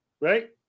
right